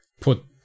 put